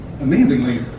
amazingly